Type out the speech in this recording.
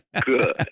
good